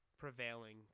Prevailing